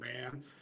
man